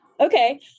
okay